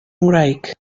ngwraig